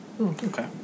Okay